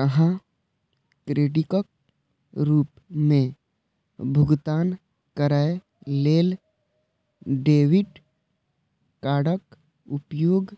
अहां क्रेडिटक रूप मे भुगतान करै लेल डेबिट कार्डक उपयोग